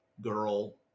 girl